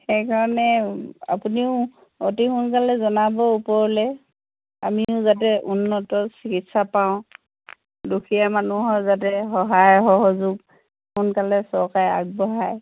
সেইকাৰণে আপুনিও অতি সোনকালে জনাব ওপৰলে আমিও যাতে উন্নত চিকিৎসা পাওঁ দুখীয়া মানুহৰ যাতে সহায় সহযোগ সোনকালে চৰকাৰে আগবঢ়ায়